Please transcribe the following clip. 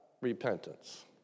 repentance